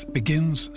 begins